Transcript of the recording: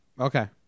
Okay